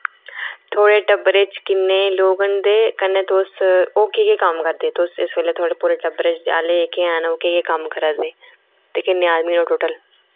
थुआढ़े टब्बरै च किन्ने लोक न ते कन्नै तुस ओह् केह् केह् कम्म करदे तुस इस बेल्लै थुआढ़े पूरे टब्बरे आह्ले जेह्के हैन ओह् केह् केह् कम्म करै दे ते किन्ने आदमी न टोटल